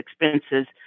expenses